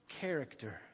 character